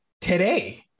today